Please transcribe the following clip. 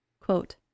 quote